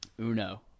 Uno